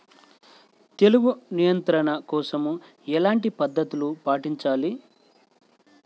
తెగులు నియంత్రణ కోసం ఎలాంటి పద్ధతులు పాటించాలి?